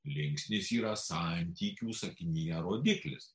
linksnis yra santykių sakinyje rodiklis